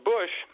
Bush